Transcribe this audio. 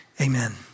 Amen